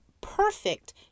perfect